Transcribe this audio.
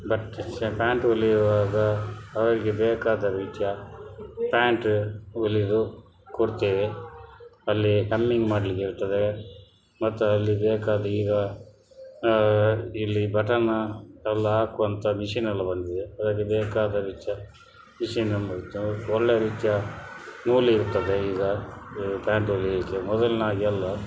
but ಶ pant ಹೊಲಿಯುವಾಗ ಅವರಿಗೆ ಬೇಕಾದ ರೀತಿಯ ಪ್ಯಾಂಟ್ ಹೊಲಿದು ಕೊಡುತ್ತೇವೆ ಅಲ್ಲಿ ಹೆಮ್ಮಿಂಗ್ ಮಾಡಲಿಕ್ಕಿರುತ್ತದೆ ಮತ್ತು ಅಲ್ಲಿ ಬೇಕಾದ ಈಗ ಇಲ್ಲಿ ಬಟನ್ನ್ ಎಲ್ಲ ಹಾಕುವಂತಹ ಮಿಷಿನ್ನೆಲ್ಲ ಬಂದಿದೆ ಅವರಿಗೆ ಬೇಕಾದ ರೀತಿಯ ಮಿಷಿನ್ನೆಲ್ಲ ಇರುತ್ತದೆ ಒಳ್ಳೆಯ ರೀತಿಯ ನೂಲಿರುತ್ತದೆ ಈಗ ಪ್ಯಾಂಟ್ ಹೊಲಿಲಿಕ್ಕೆ ಮೊದಲಿನ್ಹಾಗೆ ಅಲ್ಲ